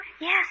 Yes